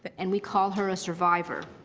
and we call her a survivor.